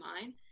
mind